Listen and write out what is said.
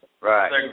Right